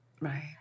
Right